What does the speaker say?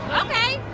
ok